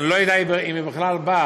ואני לא יודע אם היא בכלל תבוא